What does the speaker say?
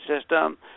system